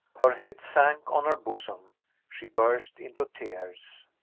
her head sank on her bosom she burst into tears.